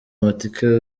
amatike